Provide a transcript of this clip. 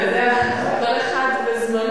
אתה יודע, כל אחד וזמנו-הוא.